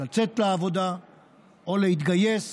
לצאת לעבודה או להתגייס